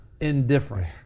indifferent